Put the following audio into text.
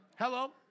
Hello